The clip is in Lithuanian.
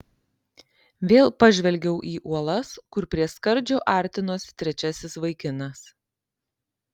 vėl pažvelgiau į uolas kur prie skardžio artinosi trečiasis vaikinas